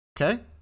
Okay